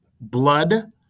blood